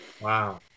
wow